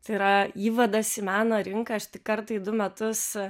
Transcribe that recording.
tai yra įvadas į meno rinką aš tik kartą į du metus